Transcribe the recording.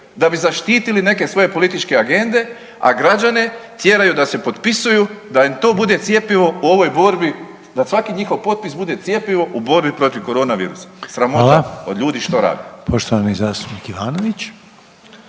da bi zaštitili neke svoje političke agende, a građane tjeraju da se potpisuju da im to bude cjepivo u ovoj borbi da svaki njihov potpis bude cjepivo u borbi protiv koronavirusa. Sramota .../Upadica: